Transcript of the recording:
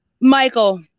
michael